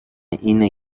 اینه